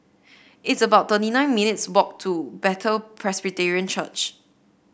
it's about thirty nine minutes' walk to Bethel Presbyterian Church